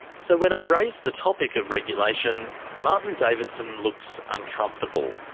so when i raise the topic of regulation, martin davidson looks uncomfortable.